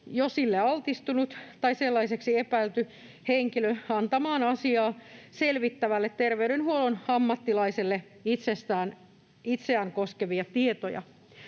jo sille altistunut tai sellaiseksi epäilty henkilö antamaan asiaa selvittävälle terveydenhuollon ammattilaiselle itseään koskevia tietoja.